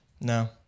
no